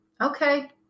Okay